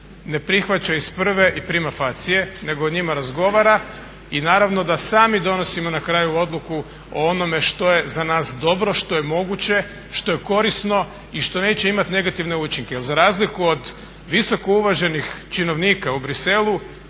ne prihvaća iz prve i prima facie nego o njima razgovara i naravno da sami donosimo na kraju odluku o onome što je za nas dobro, što je moguće, što je korisno i što neće imati negativne učinke. Jer za razliku od visoko uvaženih činovnika u Bruxellesu